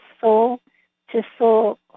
soul-to-soul